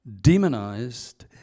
demonized